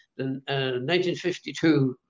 1952